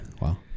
wow